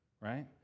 right